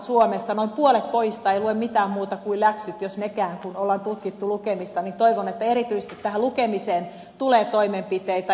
kun noin puolet pojista ei lue mitään muuta kuin läksyt jos niitäkään kun on tutkittu lukemista niin toivon että erityisesti tähän lukemiseen tulee toimenpiteitä